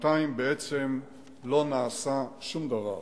שנתיים בעצם לא נעשה שום דבר.